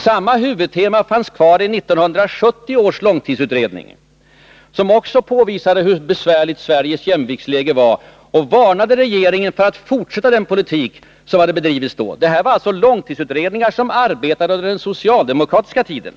Samma huvudtema fanns kvar i 1970 års långtidsutredning, som också påvisade hur besvärligt Sveriges jämviktsläge var och som varnade regeringen för att fortsätta den politik som dittills hade bedrivits. Det här var alltså långtidsutredningar som arbetade under den socialdemokratiska tiden.